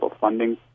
funding